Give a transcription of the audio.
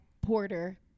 porter